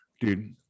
dude